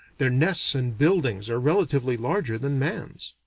their nests and buildings are relatively larger than man's.